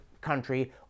country